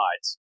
sides